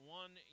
one